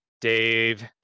Dave